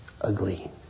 ugly